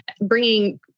bringing